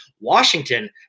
washington